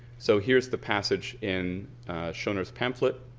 so here's the passage in schoner's pamphlet